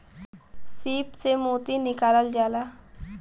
सीप से मोती निकालल जाला